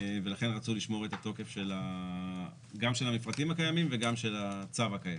ולכן רצו לשמור את התוקף גם של המפרטים הקיימים וגם של הצו הקיים.